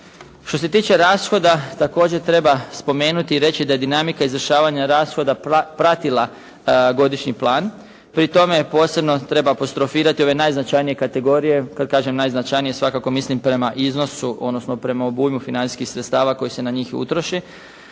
Što se tiče rashoda također treba spomenuti i reći da je dinamika izvršavanja rashoda pratila godišnji plan. Pri tome posebno treba apostrofirati ove najznačajnije kategorije, kad kažemo najznačajnije svakako mislim prema iznosu odnosno prema obujmu financijskih sredstava koje se na njih utroše.